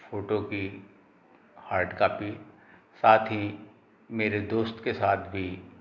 photo की hard copy साथ ही मेरे दोस्त के साथ भी